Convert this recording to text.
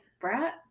brat